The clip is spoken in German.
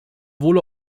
wohle